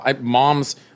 Moms